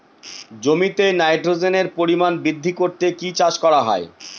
জমিতে নাইট্রোজেনের পরিমাণ বৃদ্ধি করতে কি চাষ করা হয়?